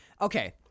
okay